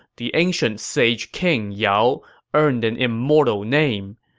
the ancient sage king yao earned an immortal name.